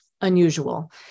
unusual